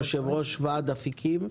יושב-ראש ועד אלקטרה אפיקים.